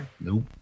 Nope